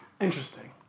Interesting